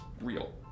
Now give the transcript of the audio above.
real